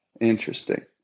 Interesting